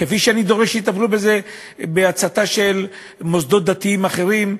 כפי שאני דורש שיטפלו בהצתה של מוסדות דתיים אחרים,